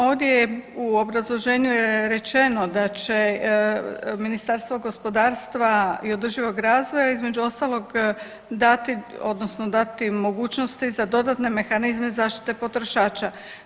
Ovdje je u obrazloženju je rečeno da će Ministarstvo gospodarstva i održivog razvoja između ostalog dati odnosno dati mogućnosti za dodatne mehanizma zaštite potrošača.